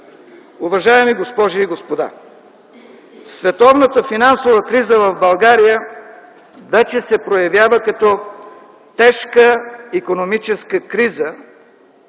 Уважаеми госпожи и господа, световната финансова криза в България вече се проявява като тежка икономическа криза